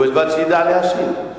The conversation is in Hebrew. ובלבד שידע להשיב.